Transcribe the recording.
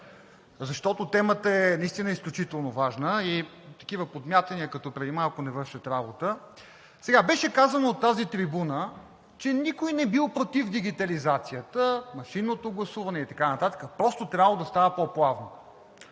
защото темата е наистина изключително важна и такива подмятания, като преди малко, не вършат работа. Беше казано от тази трибуна, че никой не бил против дигитализацията, машинното гласуване и така нататък, просто трябвало да става по-плавно.